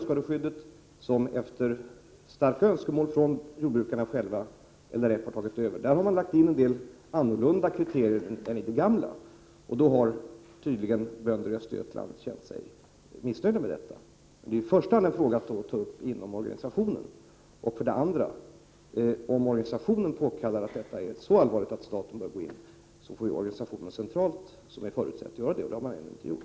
Sedan LRF - efter starka önskemål från jordbrukarna själva — tagit över skördeskadeskyddet, har det lagts in en del kriterier som är annorlunda i förhållande till det gamla systemet, och då har tydligen bönder i Östergötland känt sig missnöjda med detta. Det är i första hand en fråga som får tas upp inom organisationen. Om organisationen anser att skadorna är så allvarliga att staten bör gå in, får organisationen centralt påtala detta. Det har LRF centralt ännu inte gjort.